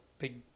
big